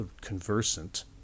conversant